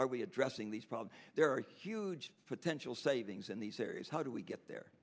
are we addressing these problems there are huge potential savings in these areas how do we get there